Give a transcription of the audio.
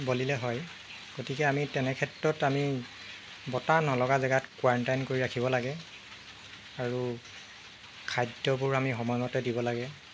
বলিলে হয় গতিকে আমি তেনে ক্ষেত্ৰত আমি বতাহ নলগা জেগাত কোৱাৰাইণ্টাইন কৰি ৰাখিব লাগে আৰু খাদ্যবোৰ আমি সময়মতে দিব লাগে